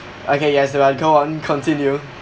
okay yes there are go on continue